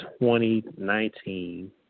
2019